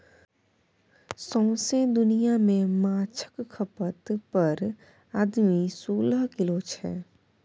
सौंसे दुनियाँ मे माछक खपत पर आदमी सोलह किलो छै